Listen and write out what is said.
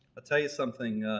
ah tell you something